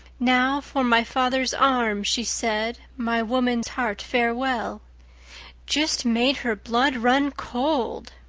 now for my father's arm she said, my woman's heart farewell just made her blood run cold.